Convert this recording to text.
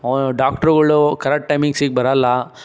ಡಾಕ್ಟ್ರುಗಳು ಕರೆಕ್ಟ್ ಟೈಮಿಂಗ್ಸಿಗೆ ಬರಲ್ಲ